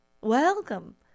Welcome